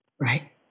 Right